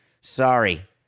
Sorry